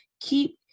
keep